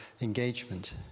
engagement